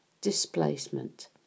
Displacement